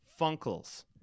Funkles